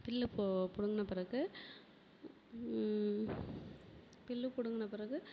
புல்லு பு பிடுங்குன பிறகு புல்லு பிடுங்குன பிறகு